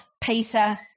Peter